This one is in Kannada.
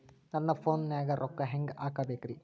ನನ್ನ ಫೋನ್ ನಾಗ ರೊಕ್ಕ ಹೆಂಗ ಹಾಕ ಬೇಕ್ರಿ?